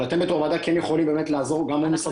אבל אתם בתור ועדה כן יכולים לעזור גם בנושא המשפטי.